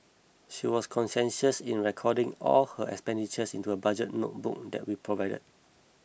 she was conscientious in recording all her expenditures into the budget notebook that we provided